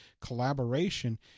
Collaboration